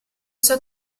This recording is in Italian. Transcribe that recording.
sua